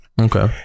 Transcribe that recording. Okay